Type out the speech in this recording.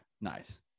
Nice